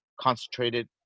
concentrated